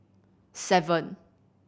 seven